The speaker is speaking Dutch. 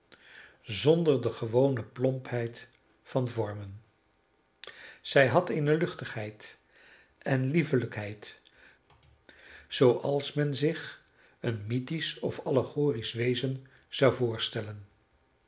zonder de gewone plompheid van vormen zij had eene luchtigheid en liefelijkheid zooals men zich een mythisch of allegorisch wezen zou voorstellen